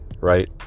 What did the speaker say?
right